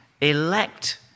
elect